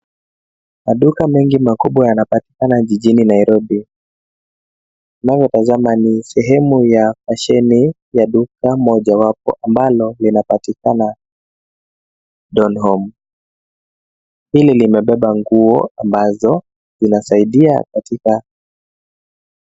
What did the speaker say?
Maduka mengi makubwa yanapatikana jijini Nairobi, tunavyotazama ni sehemu ya fasheni ya duka mojawapo ambalo linapatikana Donholm hili limebeba nguo ambazo zinasaidia katika.